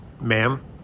Ma'am